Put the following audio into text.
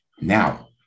now